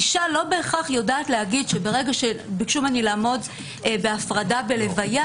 אשה לא בהכרח יודעת לומר שברגע שביקשו ממני לעמוד בהפרדה בלויה